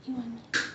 英文呢